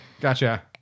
Gotcha